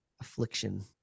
affliction